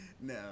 No